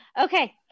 Okay